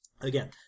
Again